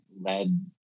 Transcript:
led